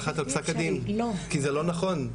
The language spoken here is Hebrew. כי זה לא נכון,